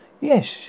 Yes